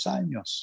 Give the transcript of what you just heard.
años